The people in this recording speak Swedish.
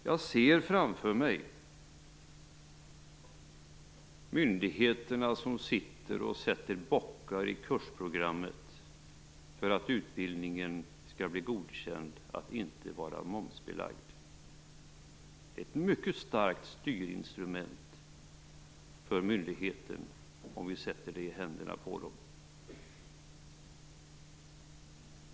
Jag ser framför mig hur man på myndigheterna sitter och sätter bockar i kursprogrammet för att utbildningen skall bli godkänd som en som inte är momsbelagd. Det är ett mycket starkt styrinstrument för myndigheten, om vi sätter det i händerna på dem.